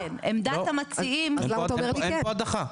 לא, אין פה הדחה.